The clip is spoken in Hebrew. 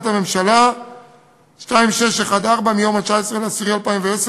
הממשלה 2614 מיום 19 באוקטובר 2010,